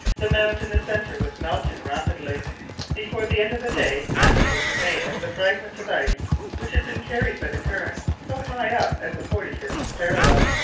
the mound in the center was melting rapidly before the end of the day nothing would remain of the fragment of ice which had been carried by the currents so high up as the forty-fifth parallel.